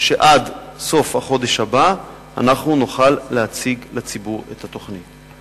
שעד סוף החודש הבא אנחנו נוכל להציג לציבור את התוכנית.